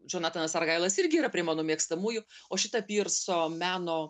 džonatanas argailas irgi yra prie mano mėgstamųjų o šita pyrso meno